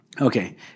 Okay